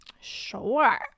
Sure